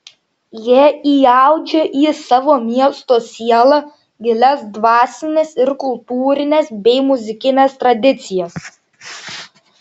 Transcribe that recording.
jie įaudžia į savo miesto sielą gilias dvasines ir kultūrines bei muzikines tradicijas